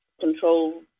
Control